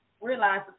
Realize